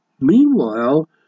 Meanwhile